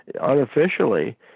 unofficially